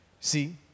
See